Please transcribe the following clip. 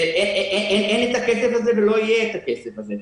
אין את הכסף הזה ולא יהיה את הכסף הזה.